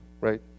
right